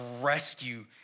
rescue